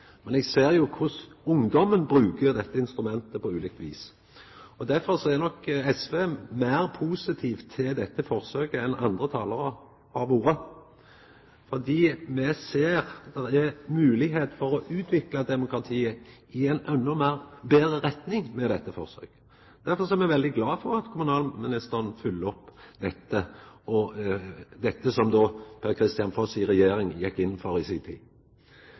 Men eg ser jo korleis ungdommen bruker dette instrumentet på ulikt vis. Derfor er nok SV meir positive til dette forsøket enn andre talarar har vore, for me ser at det er moglegheit for å utvikla demokratiet i ei endå betre retning med dette forsøket. Derfor er me veldig glade for at kommunalministeren følgjer opp dette som Per-Kristian Foss i regjering gjekk inn for i si tid.